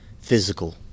physical